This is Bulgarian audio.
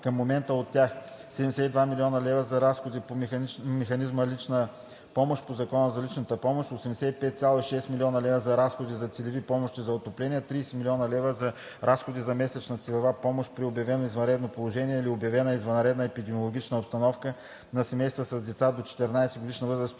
към момента, от тях: - 72 млн. лв. за разходи по механизма лична помощ по Закона за личната помощ; - 85,6 млн. лв. за разходи за целеви помощи за отопление; - 30 млн. лв. за разходи за месечна целева помощ при обявено извънредно положение или обявена извънредна епидемична обстановка на семейства с деца до 14-годишна възраст